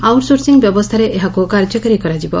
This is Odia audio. ଆଉଟ୍ ସୋର୍ସିଂ ବ୍ୟବସ୍ଚାରେ ଏହାକୁ କାର୍ଯ୍ୟକାରୀ କରାଯିବ